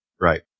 Right